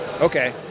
Okay